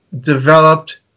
developed